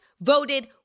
voted